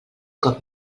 cop